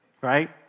right